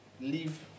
Leave